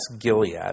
Gilead